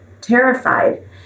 terrified